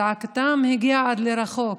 זעקתם הגיעה למרחוק,